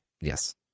Yes